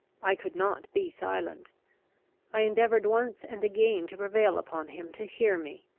i could not be silent i endeavoured once and again to prevail upon him to hear me.